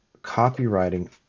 copywriting